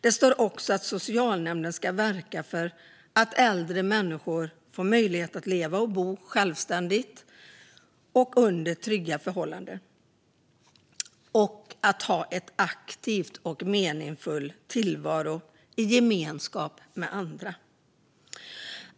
Det står också att socialnämnden ska verka för att äldre människor får möjlighet att leva och bo självständigt under trygga förhållanden och ha en aktiv och meningsfull tillvaro i gemenskap med andra.